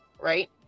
right